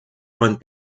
bonnes